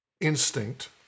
instinct